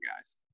guys